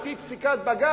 על-פי פסיקת בג"ץ,